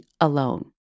alone